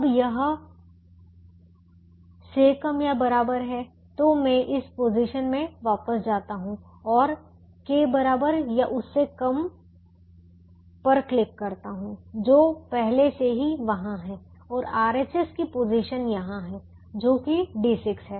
अब यह से कम या बराबर है तो मैं इस पोजीशन में वापस जाता हूं और के बराबर या उससे कम पर क्लिक करता हूं जो पहले ही वहां है और RHS की पोजीशन यहां है जो कि D6 है